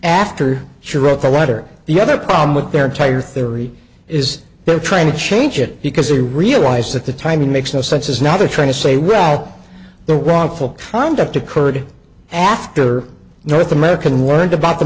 after she wrote the letter the other problem with their entire theory is they're trying to change it because they realize that the timing makes no sense as now they're trying to say well the wrongful conduct occurred after north american word about the